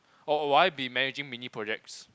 or or will I managing mini projects